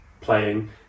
playing